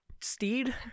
steed